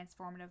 transformative